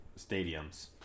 stadiums